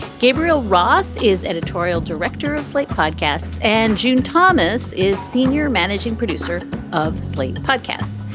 gabriel roth is editorial director of slate podcasts, and june thomas is senior managing producer of slate podcasts.